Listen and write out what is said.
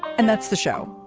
and that's the show.